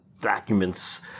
documents